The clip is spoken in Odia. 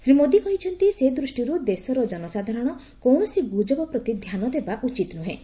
ଶ୍ରୀ ମୋଦି କହିଛନ୍ତି ସେଦୃଷ୍ଟିରୁ ଦେଶର ଜନସାଧାରଣ କୌଣସି ଗୁଜବ ପ୍ରତି ଧ୍ୟାନ ଦେବା ଉଚିତ ନୁହେଁ